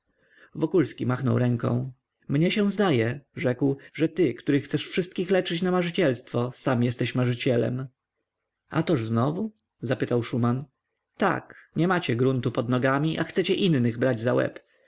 śmiechem wokulski machnął ręką mnie się zdaje rzekł że ty który chcesz wszystkich leczyć na marzycielstwo sam jesteś marzycielem a toż znowu zapytał szuman tak nie macie gruntu pod nogami a chcecie innych brać za